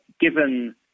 given